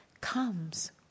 comes